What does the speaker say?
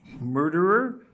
murderer